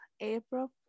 April